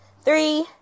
Three